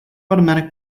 automatic